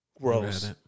gross